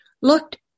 looked